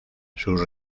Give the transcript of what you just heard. sus